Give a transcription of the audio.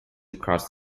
across